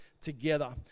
together